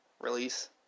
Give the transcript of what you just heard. release